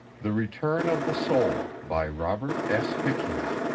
the return of the soul by robert s. hichens